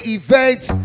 events